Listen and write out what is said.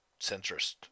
centrist